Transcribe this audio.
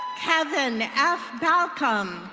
kevin f balcolm.